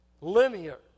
Linear